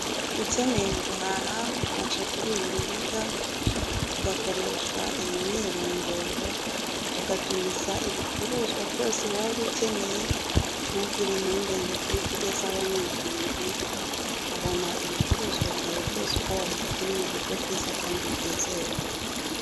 uUkeneye guhaha waca kuri uru rubuga, ugakoresha iyi myirondoro, ugatumiza ibicuruzwa byose waba ukeneye, ntugire impungenge kubikugezaho ni ubuntu, ukabona ibicuruzwa byawe byose uko wabitumye mu buryo bwiza kandi bwizewe.